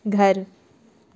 घर